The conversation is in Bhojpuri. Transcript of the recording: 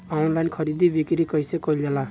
आनलाइन खरीद बिक्री कइसे कइल जाला?